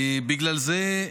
בגלל זה,